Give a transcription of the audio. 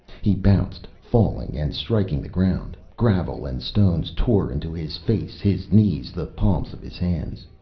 he bounced, falling and striking the ground. gravel and stones tore into his face, his knees, the palms of his hands.